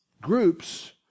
groups